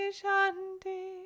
shanti